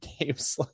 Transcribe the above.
games